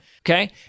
Okay